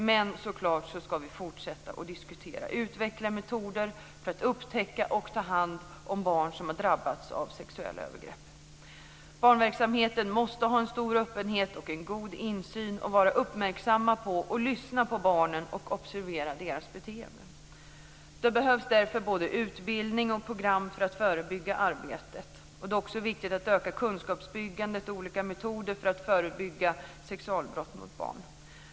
Vi ska så klart fortsätta att diskutera hur metoder kan utvecklas för att upptäcka och ta hand om barn som har drabbats av sexuella övergrepp. Barnverksamheten måste ha en stor öppenhet och en god insyn och vara uppmärksam på barnen, lyssna på barnen och observera deras beteenden. Det behövs därför både utbildning och program för det förebyggande arbetet. Det är också viktigt att öka kunskapsbyggandet och utveckla olika metoder för att förebygga sexualbrott mot barn.